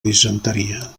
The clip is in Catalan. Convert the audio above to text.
disenteria